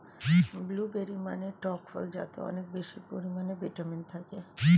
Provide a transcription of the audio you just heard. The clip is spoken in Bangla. ব্লুবেরি মানে টক ফল যাতে অনেক বেশি পরিমাণে ভিটামিন থাকে